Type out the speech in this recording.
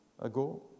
ago